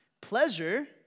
Pleasure